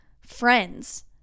friends